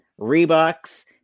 Reebok's